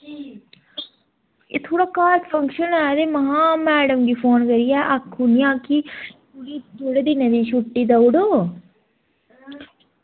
की एह् थोह्ड़ा घर फंक्शन ऐ ते महां मैडम गी फोन करियै आक्खी ओड़नी आं कि थोह्ड़े दिनें दी छुट्टी देई ओड़ो